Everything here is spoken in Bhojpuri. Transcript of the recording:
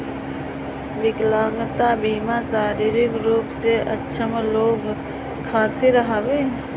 विकलांगता बीमा शारीरिक रूप से अक्षम लोग खातिर हवे